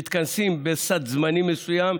מתכנסים בסד זמנים מסוים,